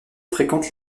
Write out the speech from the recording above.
fréquente